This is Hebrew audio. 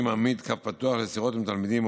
מעמיד קו פתוח לשיחות עם תלמידים,